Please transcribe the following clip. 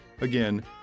Again